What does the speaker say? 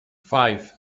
five